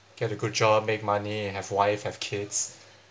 get a good job make money have wife have kids